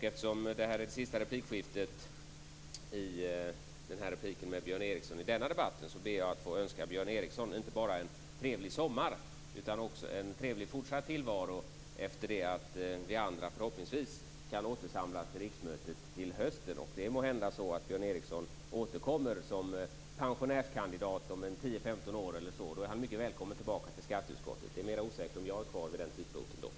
Eftersom det här är min sista replik i replikskiftet med Björn Ericson i denna debatt ber jag att få önska honom inte bara en trevlig sommar utan också en trevlig fortsatt tillvaro, efter det att vi andra förhoppningsvis kan återsamlas till riksmötet i höst. Det är måhända så att Björn Ericson återkommer som pensionärskandidat om 10-15 år, och han är då mycket välkommen tillbaka till skatteutskottet. Det är dock mera osäkert om jag är kvar vid den tidpunkten.